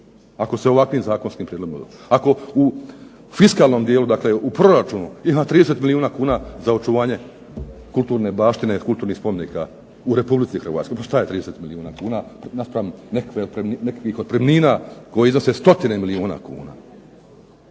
ako se ovakvim zakonskim prijedlogom, ako u fiskalnom dijelu, dakle u proračunu iznad 30 milijuna kuna za očuvanje kulturne baštine, kulturnih spomenika u Republici Hrvatskoj. Pa šta je 30 milijuna kuna naspram nekakvih otpremnina koje iznose stotine milijuna kuna.